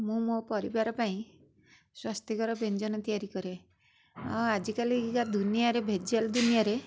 ମୁଁ ମୋ ପରିବାର ପାଇଁ ସ୍ୱାସ୍ଥ୍ୟକର ବ୍ୟଞ୍ଜନ ତିଆରି କରେ ଆଉ ଆଜିକାଲି ଦୁନିଆରେ ଭେଜାଲ ଦୁନିଆରେ